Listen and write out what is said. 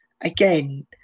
again